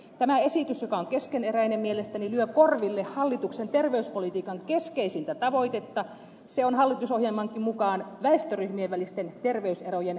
tämä esitys joka on keskeneräinen mielestäni lyö korville hallituksen terveyspolitiikan keskeisintä tavoitetta joka on hallitusohjelmankin mukaan väestöryhmien välisten terveyserojen kaventaminen